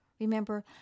Remember